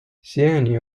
siiani